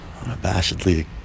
unabashedly